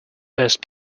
best